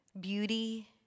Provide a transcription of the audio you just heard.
beauty